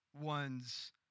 ones